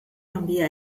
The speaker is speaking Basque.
handia